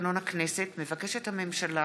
לתקנון הכנסת מבקשת הממשלה